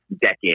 decade